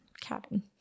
Cabin